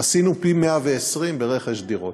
עשינו פי-120 ברכש דירות.